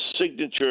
signature